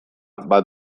bat